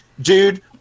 Dude